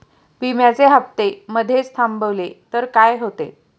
विम्याचे हफ्ते मधेच थांबवले तर काय होते?